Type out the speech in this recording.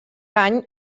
any